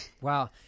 Wow